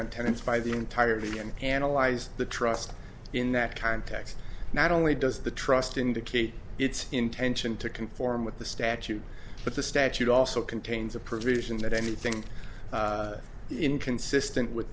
on tenants by the entirety and analyzed the trust in that context not only does the trust indicate its intention to conform with the statute but the statute also contains a provision that anything inconsistent with